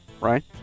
Right